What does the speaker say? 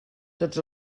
tots